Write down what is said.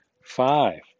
Five